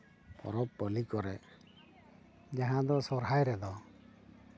ᱯᱚᱨᱚᱵᱽ ᱯᱟᱹᱞᱤ ᱠᱚᱨᱮᱫ ᱡᱟᱦᱟᱸ ᱫᱚ ᱥᱚᱦᱨᱟᱭ ᱨᱮᱫᱚ